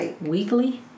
Weekly